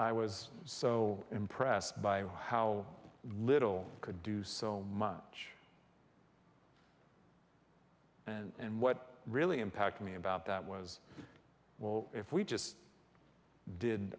i was so impressed by how little i could do so much and what really impact me about that was well if we just did